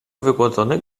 wygłodzony